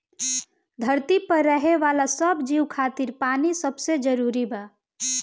धरती पर रहे वाला सब जीव खातिर पानी सबसे जरूरी बा